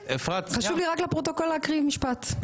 רגע חשוב לי רק לפרוטוקול להקריא משפט,